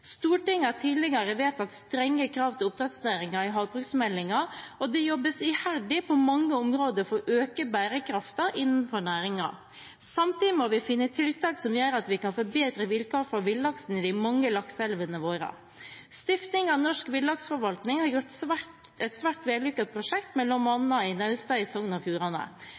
Stortinget har tidligere vedtatt strenge krav til oppdrettsnæringen i havbruksmeldingen, og det jobbes iherdig på mange områder for å øke bærekraften innenfor næringen. Samtidig må vi finne tiltak som gjør at vi kan få bedre vilkår for villaksen i de mange lakseelvene våre. Stiftinga Norsk Villaksforvaltning har gjennomført et svært vellykket prosjekt bl.a. i Naustdal i Sogn og Fjordane.